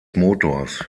motors